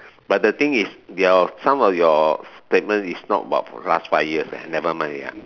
but the thing is your some of your statement is not about last five years eh never mind ya